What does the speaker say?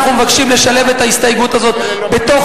אנחנו מבקשים לשלב את ההסתייגות הזאת בתוך